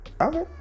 okay